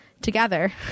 together